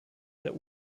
der